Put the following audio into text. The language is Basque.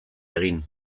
egin